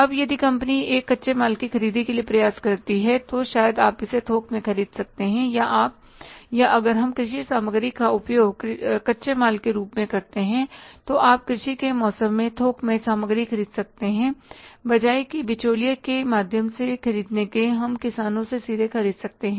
अब यदि कंपनी एक कच्चे माल की खरीदी के लिए प्रयास करती है तो शायद आप इसे थोक में ख़रीद सकते हैं या अगर हम कृषि सामग्री का उपयोग कच्चे माल के रूप में कर रहे हैं तो आप कृषि के मौसम में थोक में सामग्री ख़रीद सकते हैं बजाय की बिचौलिएके माध्यम से खरीदने के हम किसानों से सीधे ख़रीद सकते हैं